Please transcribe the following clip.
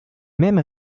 mêmes